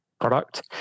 product